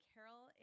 Carol